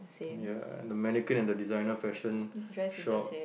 ya and the mannequin and the designer fashion shop